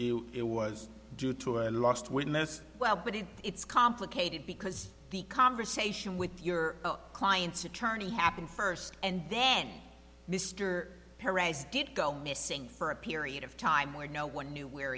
it was due to a last witness well but it it's complicated because the conversation with your client's attorney happened first and then mr perez did go missing for a period of time where no one knew where